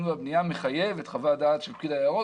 והבנייה מחייב את חוות הדעת של פקיד היערות,